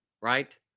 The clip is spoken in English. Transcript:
right